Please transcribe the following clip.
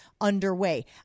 underway